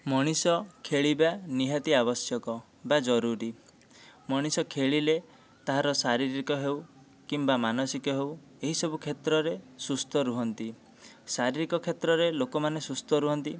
ମଣିଷ ଖେଳିବା ନିହାତି ଆବଶ୍ୟକ ବା ଜରୁରୀ ମଣିଷ ଖେଳିଲେ ତା'ର ଶାରୀରିକ ହେଉ କିମ୍ବା ମାନସିକ ହେଉ ଏହି ସବୁ କ୍ଷେତ୍ରରେ ସୁସ୍ଥ ରୁହନ୍ତି ଶାରିରୀକ କ୍ଷେତ୍ରରେ ଲୋକମାନେ ସୁସ୍ଥ ରୁହନ୍ତି